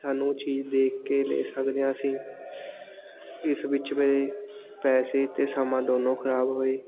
ਸਾਨੂੰ ਚੀਜ਼ ਦੇਖ ਕੇ ਲੈ ਸਕਦੇ ਹਾਂ ਅਸੀਂ ਇਸ ਵਿੱਚ ਮੇਰੇ ਪੈਸੇ ਅਤੇ ਸਮਾਂ ਦੋਨੋਂ ਖਰਾਬ ਹੋਏ